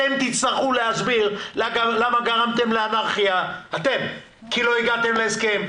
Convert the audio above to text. אתם תצטרכו להסביר למה גרמתם לאנרכיה אתם כי לא הגעתם להסכם,